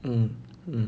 mm mm